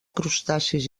crustacis